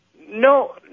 No